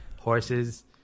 horses